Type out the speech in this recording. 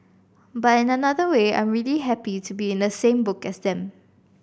but in another way I'm really happy to be in the same book as them